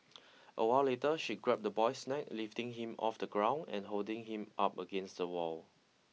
a while later she grabbed the boy's neck lifting him off the ground and holding him up against the wall